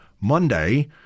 Monday